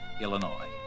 Illinois